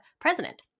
president